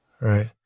Right